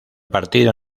partido